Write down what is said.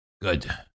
good